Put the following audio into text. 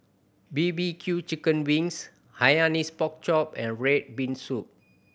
B B Q chicken wings Hainanese Pork Chop and red bean soup